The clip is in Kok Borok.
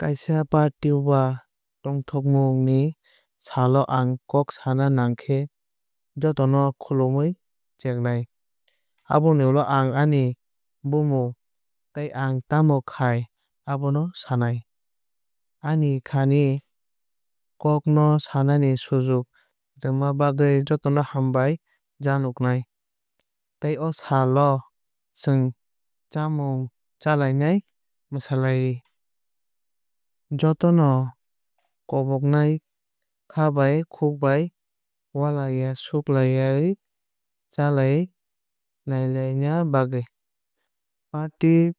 Kaisa party ba tongthokmung ni sal o ang kok sana nangkhe jotono khulumwui chengnai. Aboni ulo ang ani bumung tei ang tamo khai abono sanai. Ani khani kok no sanani sujuk rwma bagwui jotono hambai janoknai. Tei o sal o chwng chamung chalainai mwslali. Jotono koboknai kha bai khukbai walaiya suklaiyawui chalaina nwlaina bagwui. Party